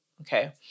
Okay